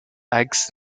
eggs